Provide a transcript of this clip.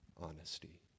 honesty